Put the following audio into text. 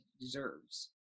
deserves